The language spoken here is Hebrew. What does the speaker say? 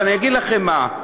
אבל אני אגיד לכם מה,